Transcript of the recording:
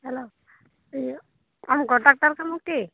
hello ᱤᱭᱟᱹ ᱟᱢ contractor ᱠᱟᱱᱟᱢ ᱠᱤ